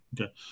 okay